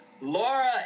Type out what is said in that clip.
Laura